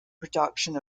production